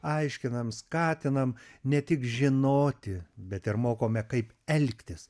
aiškinam skatinam ne tik žinoti bet ir mokome kaip elgtis